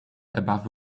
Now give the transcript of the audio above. above